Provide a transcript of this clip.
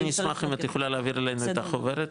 אני אשמח אם את יכולה להעביר אלינו את החוברת,